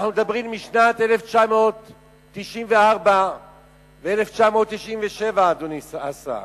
אנחנו מדברים משנת 1994 ו-1997, אדוני השר.